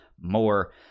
more